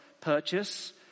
purchase